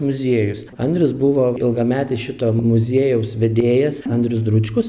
muziejus andrius buvo ilgametis šito muziejaus vedėjas andrius dručkus